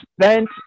spent